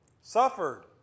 suffered